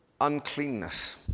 uncleanness